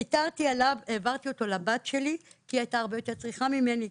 ויתרתי עליו והעברתי אותו לבת שלי כי היא הייתה הרבה יותר צריכה ממני.